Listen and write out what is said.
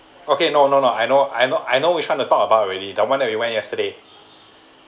okay no no no I know I know I know we're trying to talk about already that one that we went yesterday